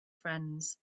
friends